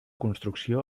construcció